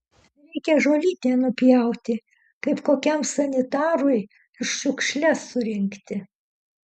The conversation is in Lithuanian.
reikia žolytę nupjauti kaip kokiam sanitarui šiukšles surinkti